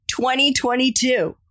2022